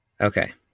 Okay